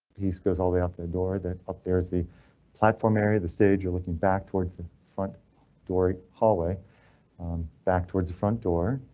he goes all the out the door that up there is the platform area, the stage you're looking back towards the front door hallway back towards the front door.